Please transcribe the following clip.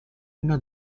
una